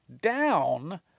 down